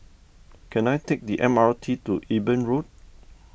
can I take the M R T to Eben Road